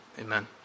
amen